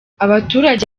abaturage